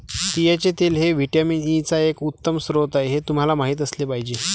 तिळाचे तेल हे व्हिटॅमिन ई चा एक उत्तम स्रोत आहे हे तुम्हाला माहित असले पाहिजे